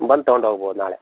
ಬಂದು ತೊಗೊಂಡು ಹೋಗ್ಬೋದ್ ನಾಳೆ